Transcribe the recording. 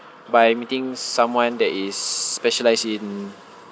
by meeting someone that is specialised in